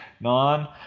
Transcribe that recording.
non-